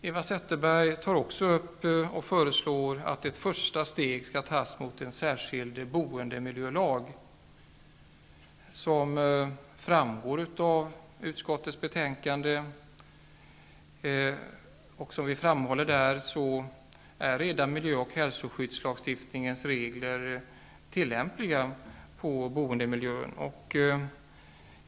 Eva Zetterberg föreslår också att ett första steg skall tas mot en särskild boendemiljölag. Som utskottet framhåller i betänkandet är redan miljöoch hälsoskyddslagstiftningens regler tillämpliga på boendemiljön.